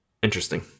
Interesting